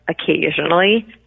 occasionally